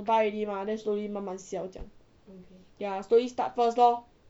buy already mah then slowly 慢慢 sell 这样 ya slowly start first lor